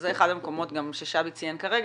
שזה אחד המקומות גם ששבי ציין כרגע,